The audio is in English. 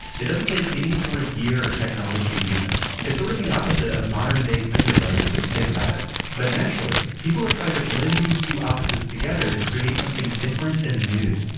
it doesn't take any sort of gear or technology to use it. it's sort of the opposite of modern day synthesizers if you think about. but naturally, people have tried to blend these two opposites together to create something different and new.